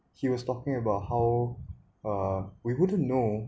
he was talking about how uh we wouldn't know